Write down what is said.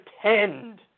pretend